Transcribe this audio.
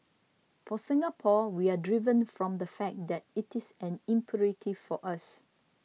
for Singapore we are driven from the fact that it is an imperative for us